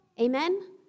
Amen